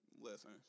Listen